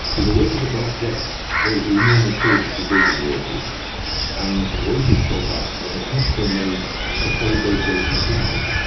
in the week of the black death there was an enormous shortage of building workers and wages shot up, and attempts were made to hold those wages down.